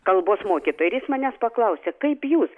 kalbos mokė tai ir jis manęs paklausė kaip jūs